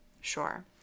Sure